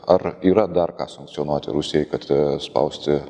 ar yra dar ką sankcionuoti rusijai kad spausti